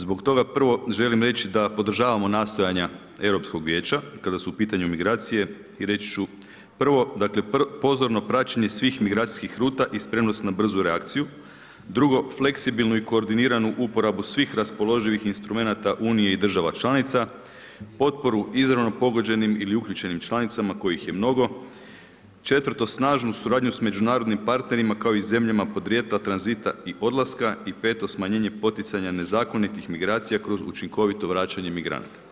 Zbog toga prvo želim reći da podržavamo nastojanja Europskog vijeća kada su pitanju migracije i reći ću, dakle 1. pozorno praćenje svih migracijskih ruta i spremnost na brzu reakciju, 2. fleksibilnu i koordiniranu uporabu svih raspoloživih instrumenata Unije i država članica, potporu izravno pogođenim ili uključenim članicama kojih je mnogo, 4. snažnu suradnju s međunarodnim partnerima kao i zemljama podrijetla tranzita i odlaska i 5. smanjenje poticanja nezakonitih migracija kroz učinkovito vraćanje migranata.